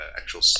actual